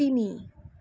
তিনি